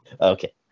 Okay